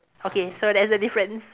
okay so that's the difference